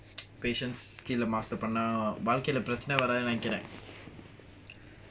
patience வாழ்க்கைலபிரச்சினையேவராதுன்னுநெனைக்கிறேன்:valkaila prachanaye varathunu nenaikren